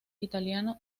italiano